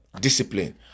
discipline